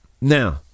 now